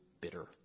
bitter